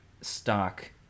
stock